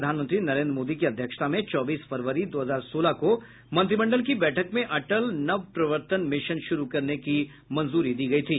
प्रधानमंत्री नरेन्द्र मोदी की अध्यक्षता में चौबीस फरवरी दो हजार सोलह को मंत्रिमंडल की बैठक में अटल नवप्रवर्तन मिशन शुरू करने की मंजूरी दी गई थी